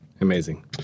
amazing